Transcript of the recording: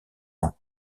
ans